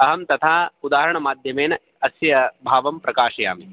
अहं तथा उदाहरणमाध्यमेन अस्य भावं प्रकाशयामि